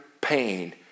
pain